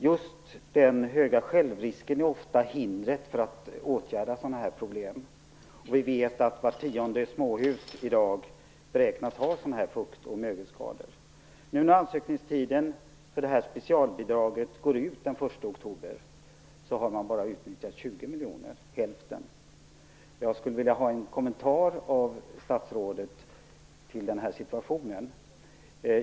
Just den höga självrisken är ofta ett hinder för att åtgärda den här typen av problem. Vi vet att vart tionde småhus i dag beräknas ha fukt och mögelskador. 1 oktober har bara 20 miljoner kronor utnyttjats, dvs. hälften. Jag skulle vilja ha en kommentar till den uppkomna situationen av statsrådet.